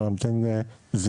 שאתה ממתין לזימון.